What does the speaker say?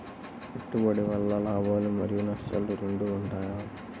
పెట్టుబడి వల్ల లాభాలు మరియు నష్టాలు రెండు ఉంటాయా?